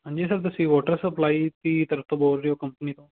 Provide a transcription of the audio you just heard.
ਹਾਂਜੀ ਸਰ ਤੁਸੀਂ water supply ਦੀ ਤਰਫ ਤੋਂ ਬੋਲ ਰਹੇ ਹੋ ਕੰਪਨੀ ਤੋਂ